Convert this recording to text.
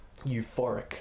euphoric